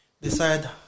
decide